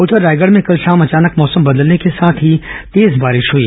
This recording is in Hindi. उधर रायगढ़ में कल शाम अचानक मौसम बदलने के साथ ही तेज बारिश हुई